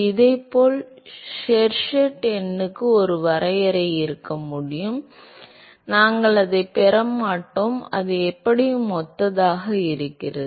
இதேபோல் ஷெர்வுட் எண்ணுக்கு ஒரு வரையறை இருக்க முடியும் நாங்கள் அதைப் பெற மாட்டோம் அது எப்படியும் ஒத்ததாக இருக்கிறது